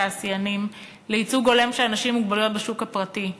התעשיינים לייצוג הולם של אנשים עם מוגבלויות בשוק הפרטי.